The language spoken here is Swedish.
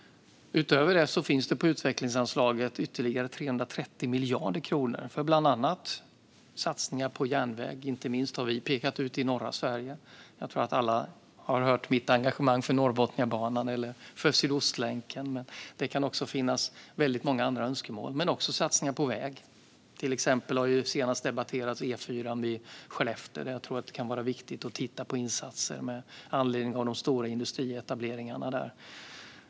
Utöver det finns det på utvecklingsanslaget ytterligare 330 miljarder kronor för bland annat satsningar på järnväg. Inte minst har vi pekat ut norra Sverige. Jag tror att alla har hört mitt engagemang för Norrbotniabanan och för Sydostlänken. Men det kan också finnas väldigt många andra önskemål. Men det handlar också om satsningar på väg. Senast har E4:an vid Skellefteå diskuterats. Jag tror att det kan vara viktigt att titta på insatser med anledning av de stora industrietableringarna där.